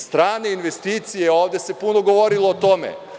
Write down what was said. Strane investicije, ovde se puno govorilo o tome.